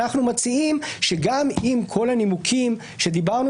אנחנו מציעים שגם אם כל הנימוקים שדיברנו